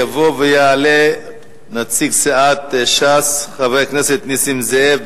יבוא ויעלה נציג סיעת ש"ס, חבר הכנסת נסים זאב.